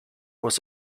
was